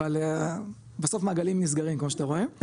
אבל בסוף מעגלים נסגרים כמו שאתה רואה,